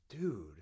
Dude